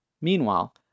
Meanwhile